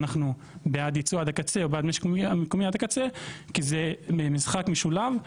אנחנו בעד ייצוא עד הקצה או בעד משק מקומי עד הקצה כי זה משחק משולב.